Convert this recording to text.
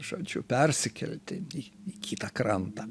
žodžiu persikelti į į kitą krantą